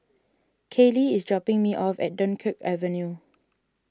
Kaylie is dropping me off at Dunkirk Avenue